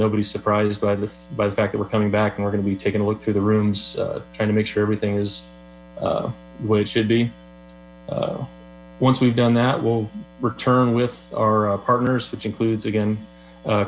nobody is surprised by this by the fact that we're coming back and we're going to be taking a look through the rooms trying to make sure everything is what it should be once we've done that we'll return with our partners which includes again